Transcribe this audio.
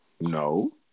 No